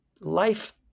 life